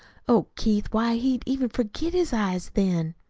oh, keith, why, he'd even forget his eyes then.